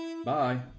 Bye